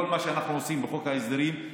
כל מה שאנחנו עושים בחוק ההסדרים,